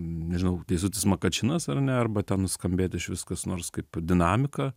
nežinau teisutis makačinas ar ne arba te nuskambėti išvis kas nors kaip dinamika